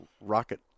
rocket